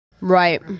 Right